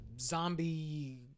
zombie